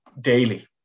daily